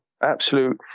absolute